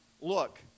look